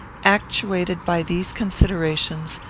actuated by these considerations,